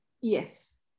Yes